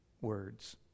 words